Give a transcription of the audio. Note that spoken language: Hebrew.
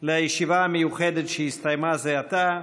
לישיבה המיוחדת שהסתיימה זה עתה: